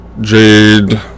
Jade